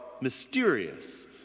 mysterious